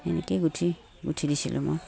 এনেকৈয়ে গোঁঠি গোঁঠি দিছিলোঁ মই